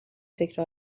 فکر